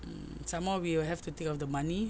mm some more we will have to think of the money